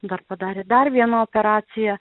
dar padarė dar vieną operaciją